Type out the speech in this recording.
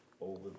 over